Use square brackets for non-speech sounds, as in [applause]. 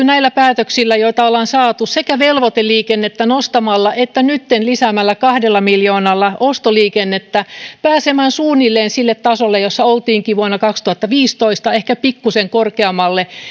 [unintelligible] näillä päätöksillä joita olemme tehneet sekä velvoiteliikennettä nostamalla että nytten lisäämällä kahdella miljoonalla ostoliikennettä pääsemään suunnilleen sille tasolle jolla oltiin vuonna kaksituhattaviisitoista ehkä pikkusen korkeammalle